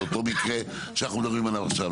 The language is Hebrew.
אותו מקרה שאנחנו מדברים עליו עכשיו.